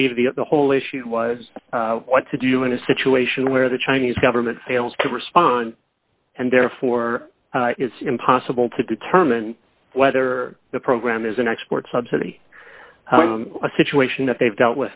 believe the the whole issue was what to do in a situation where the chinese government fails to respond and therefore it's impossible to determine whether the program is an export subsidy a situation that they've dealt